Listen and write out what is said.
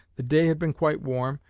the day had been quite warm,